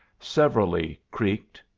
severally creaked,